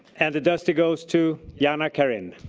and the dusty goes to yana karin.